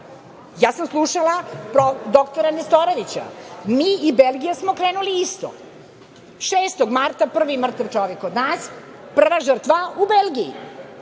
Ja sam slušala dr Nestorovića, mi i Belgija smo krenuli isto, 6. marta prvi mrtav čovek kod nas, prva žrtva u Belgiji.